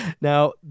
Now